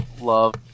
love